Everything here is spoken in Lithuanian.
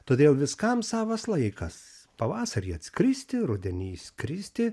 todėl viskam savas laikas pavasarį atskristi rudenį išskristi